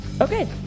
okay